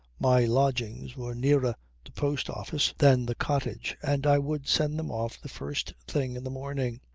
my lodgings were nearer the post-office than the cottage and i would send them off the first thing in the morning.